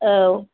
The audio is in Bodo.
औ